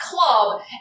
club